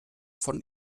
von